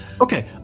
Okay